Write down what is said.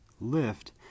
lift